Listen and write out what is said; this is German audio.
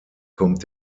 kommt